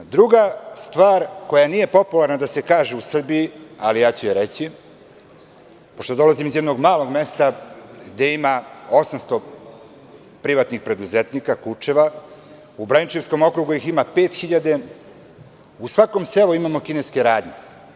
Druga stvar koja nije popularna da se kaže u Srbiji, ali ja ću je reći pošto dolazim iz jednog malog mesta gde ima 800 privatnih preduzetnika, Kučeva, u Braničevskom okrugu ih ima 5.000, u svakom selu imamo kineske radnje.